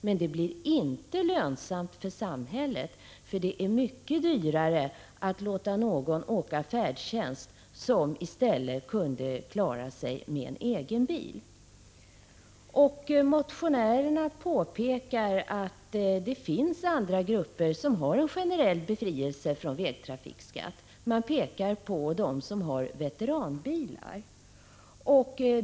Men det blir inte lönsamt för samhället, för det är mycket dyrare att låta någon åka färdtjänst som i stället kunde klara sig med en egen bil. Motionärerna påpekar att det finns andra grupper som har en generell befrielse från vägtrafikskatt. De pekar på dem som har veteranbilar.